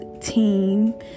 team